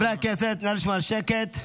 חברי הכנסת, נא לשמור על שקט.